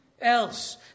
else